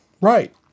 Right